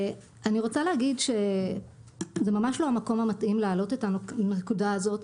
אני רוצה להגיד שזה ממש לא המקום המתאים להעלות את הנקודה הזאת.